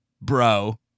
bro